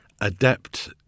adept